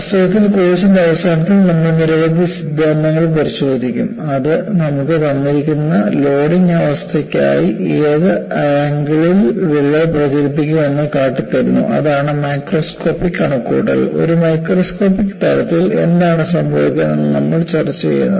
വാസ്തവത്തിൽ കോഴ്സിന്റെ അവസാനത്തിൽ നമ്മൾ നിരവധി സിദ്ധാന്തങ്ങൾ പരിശോധിക്കും അത് നമുക്ക് തന്നിരിക്കുന്ന ലോഡിംഗ് അവസ്ഥയ്ക്കായി ഏത് ആംഗിളിൽ വിള്ളൽ പ്രചരിപ്പിക്കുംഎന്ന് കാട്ടിത്തരുന്നു അതാണ് മാക്രോസ്കോപ്പിക് കണക്കുകൂട്ടൽ ഒരു മൈക്രോസ്കോപ്പിക് തലത്തിൽ എന്താണ് സംഭവിക്കുന്നത് എന്നാണ് നമ്മൾ ചർച്ച ചെയ്യുന്നത്